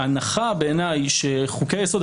ההנחה בעיניי שחוקי היסוד,